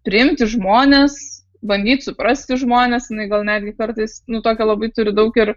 priimti žmones bandyt suprasti žmones jinai gal netgi kartais nu tokio labai turi daug ir